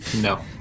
no